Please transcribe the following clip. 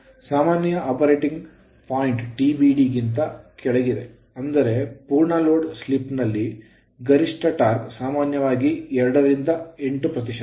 ಸಾಮಾನ್ಯ operating point TBD ಗಿಂತ ಕೆಳಗಿದೆ ಅಂದರೆ ಪೂರ್ಣ ಲೋಡ್ ಸ್ಲಿಪ್ ನಲ್ಲಿ ಗರಿಷ್ಠ ಟಾರ್ಕ್ ಸಾಮಾನ್ಯವಾಗಿ 2 ರಿಂದ 8 ಪ್ರತಿಶತ